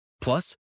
Plus